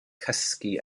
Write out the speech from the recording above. cysgu